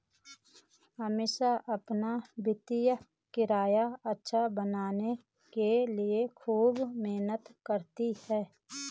अमीषा अपना वित्तीय करियर अच्छा बनाने के लिए खूब मेहनत करती है